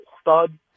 stud